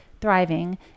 thriving